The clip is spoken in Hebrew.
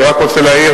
אני רק רוצה להעיר,